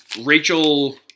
Rachel